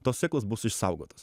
tos sėklos bus išsaugotos